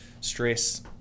stress